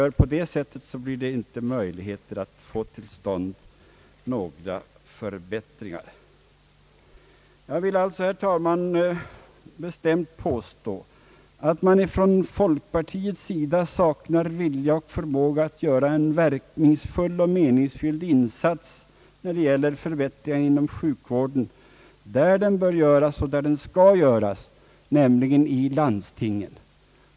På det sättet är det inte möjligt att få till stånd några förbättringar. Jag vill alltså, herr talman, bestämt påstå att folkpartiet saknar vilja och förmåga att göra en verkningsfull och meningsfylld insats när det gäller förbättringar inom sjukvården, där dessa insatser bör och skall göras, nämligen i landstingen.